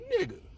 nigga